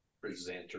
presenter